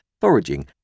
foraging